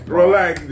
relax